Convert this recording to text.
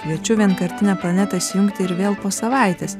kviečiu vienkartinę planetą įsijungti ir vėl po savaitės